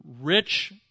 Rich